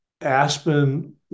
aspen